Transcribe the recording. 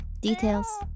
details